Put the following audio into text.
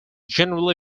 generally